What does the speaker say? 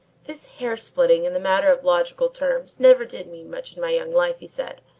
this hair-splitting in the matter of logical terms never did mean much in my young life, he said,